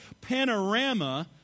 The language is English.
panorama